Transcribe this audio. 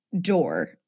door